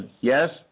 Yes